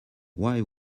why